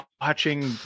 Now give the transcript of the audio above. watching